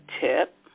tip